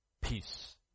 peace